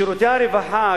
בשירותי הרווחה,